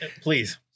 Please